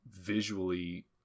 visually